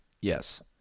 Yes